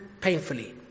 painfully